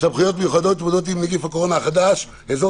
סמכויות מיוחדות להתמודדות עם נגיף הקורונה החדש (אזור